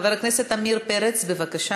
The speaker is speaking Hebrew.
חבר הכנסת עמיר פרץ, בבקשה,